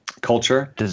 culture